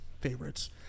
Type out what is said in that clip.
favorites